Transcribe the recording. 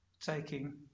Taking